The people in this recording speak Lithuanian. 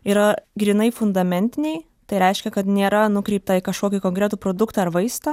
yra grynai fundamentiniai tai reiškia kad nėra nukreipta į kažkokį konkretų produktą ar vaistą